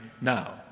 now